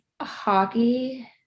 hockey